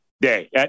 day